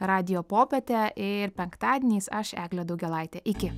radijo popietė ir penktadieniais aš eglė daugėlaitė iki